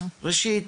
ראשית,